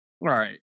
right